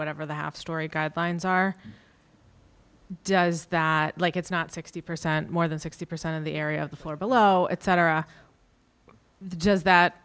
whatever the half story guidelines are does that like it's not sixty percent more than sixty percent of the area of the floor below etc the does that